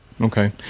Okay